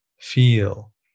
feel